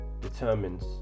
determines